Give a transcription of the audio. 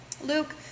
Luke